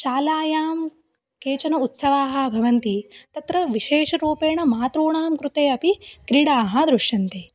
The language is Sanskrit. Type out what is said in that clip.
शालायां केचन उत्साहाः भवन्ति तत्रविशेषरूपेण मातॄणां कृते अपि क्रीडाः दृश्यन्ते